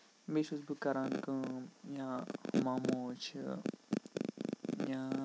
بیٚیہِ چھُس بہٕ کَران کٲم یا ماموز چھِ یا